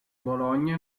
bologna